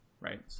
right